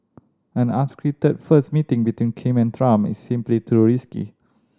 an unscripted first meeting between Kim and Trump is simply too risky